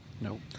No